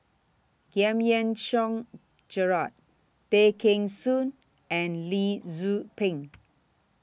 Giam Yean Song Gerald Tay Kheng Soon and Lee Tzu Pheng